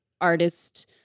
artist